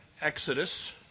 Exodus